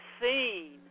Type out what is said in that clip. seen